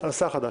שתי ההחלטות.